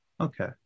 okay